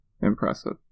impressive